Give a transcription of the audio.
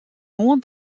moarn